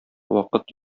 вакыт